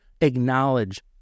acknowledge